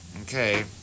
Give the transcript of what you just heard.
Okay